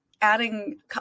adding